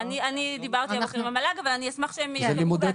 אני דיברתי על המל"ג אבל אני אשמח שהם יענו בעצמם.